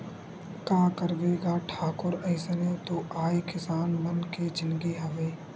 का करबे गा ठाकुर अइसने तो आय किसान मन के जिनगी हवय